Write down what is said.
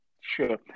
Sure